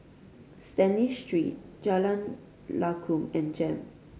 Stanley Street Jalan Lakum and JEM